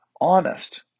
honest